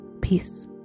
peace